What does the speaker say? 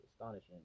astonishing